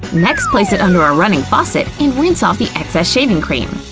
next, place it under a running faucet and rinse off the excess shaving cream.